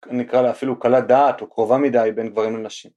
נקרא לה אפילו קלה דעת או קרובה מדי בין גברים לנשים.